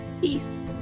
Peace